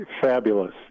fabulous